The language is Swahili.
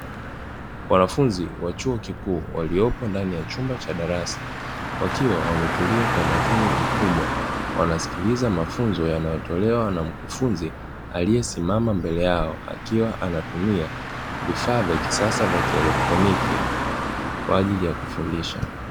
Wanafunzi wa chuo kikuu waliopo ndani ya chumba cha darasa, wakiwa wametulia kwa umakini mkubwa wanasikiliza mafunzo yanayotolewa na mkufunzi aliyesimama mbele yao, akiwa anatumia vifaa vya kisasa vya kielektroniki kwa ajili ya kufundisha.